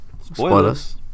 Spoilers